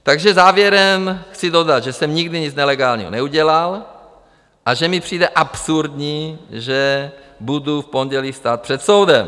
Takže závěrem chci dodat, že jsem nikdy nic nelegálního neudělal a že mi přijde absurdní, že budu v pondělí stát před soudem.